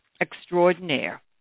extraordinaire